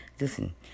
Listen